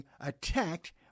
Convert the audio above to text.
attacked